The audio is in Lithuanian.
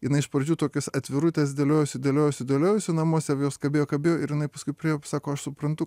jinai iš pradžių tokias atvirutes dėliojosi dėliojosi dėliojosi namuose jos kabėjo kabėjo ir jinai paskui priėjo sako aš suprantu